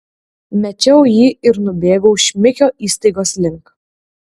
mečiau jį ir nubėgau šmikio įstaigos link